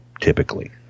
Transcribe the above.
typically